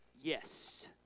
Yes